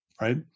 right